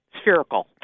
spherical